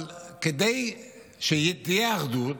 אבל כדי שתהיה אחדות,